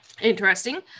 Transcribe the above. interesting